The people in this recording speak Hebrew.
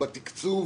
בתקצוב